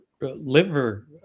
liver